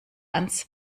ans